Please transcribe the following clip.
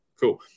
Cool